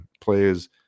players